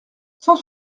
cent